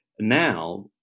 Now